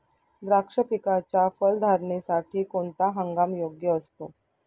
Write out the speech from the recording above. द्राक्ष पिकाच्या फलधारणेसाठी कोणता हंगाम योग्य असतो?